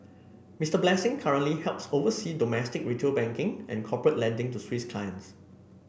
Mister Blessing currently helps oversee domestic retail banking and corporate lending to Swiss clients